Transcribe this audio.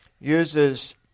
uses